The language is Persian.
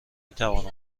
میتوانم